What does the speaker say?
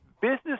business